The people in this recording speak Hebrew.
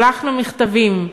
שלחנו מכתבים,